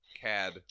cad